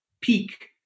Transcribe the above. peak